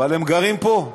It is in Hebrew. אבל הם גרים פה.